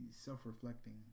self-reflecting